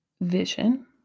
vision